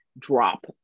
drop